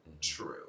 True